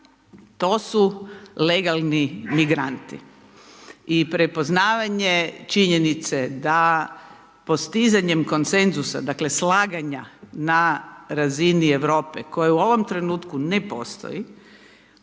to su legalni migranti. I prepoznavanje činjenice da postizanjem konsenzusa dakle slaganja na razini Europe koje u ovom trenutku ne postoji